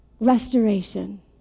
Restoration